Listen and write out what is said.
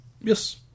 Yes